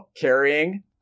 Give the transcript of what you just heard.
carrying